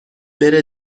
بره